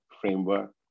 framework